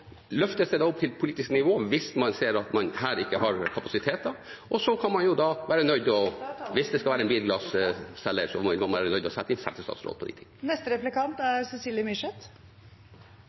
løftes det opp til politisk nivå hvis man ser at man her ikke har kapasiteter, og så kan man, hvis det er en bilglasselger som skal inn, være nødt til å